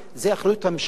זו אחריות הממשלה,